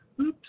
Oops